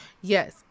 yes